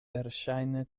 verŝajne